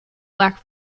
black